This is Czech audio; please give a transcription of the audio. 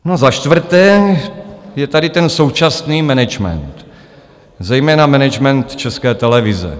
A za čtvrté, je tady ten současný management, zejména management České televize.